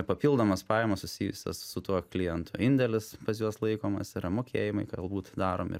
papildomas pajamas susijusias su tuo klientu indėlis pas juos laikomas yra mokėjimai galbūt daromi